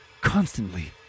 constantly